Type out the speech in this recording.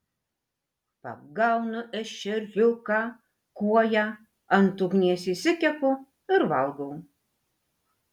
pagaunu ešeriuką kuoją ant ugnies išsikepu ir valgau